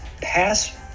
pass